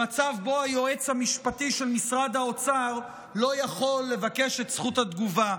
במצב שבו היועץ המשפטי של משרד האוצר לא יכול לבקש את זכות התגובה.